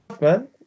man